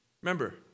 remember